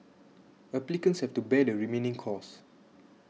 applicants have to bear the remaining costs